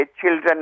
children